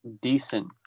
decent